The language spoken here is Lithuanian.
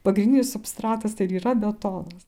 pagrindinis substratas tai ir yra betonas